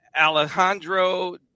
Alejandro